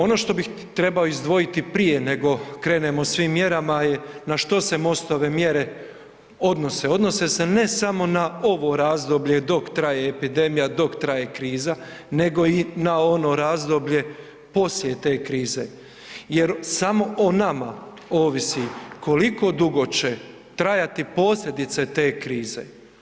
Ono što bi trebao izdvojiti prije nego krenemo o svim mjerama na što je MOST-ove mjere odnose, odnose se ne samo na ovo razdoblje dok traje epidemija, dok traje kriza, nego i na ono razdoblje poslije te krize jer samo o nama ovisi koliko dugo će trajati posljedice te krize.